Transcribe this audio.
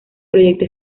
proyecto